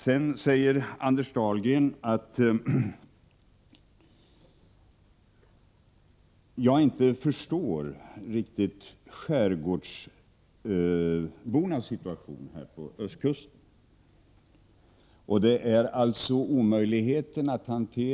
Sedan sade Anders Dahlgren att jag inte riktigt förstår skärgårdsbornas situation här på Östkusten.